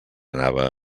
anava